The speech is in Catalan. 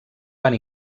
van